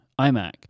iMac